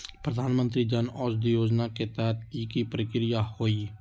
प्रधानमंत्री जन औषधि योजना के तहत की की प्रक्रिया होई?